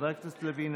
חבר הכנסת לוין,